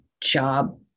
job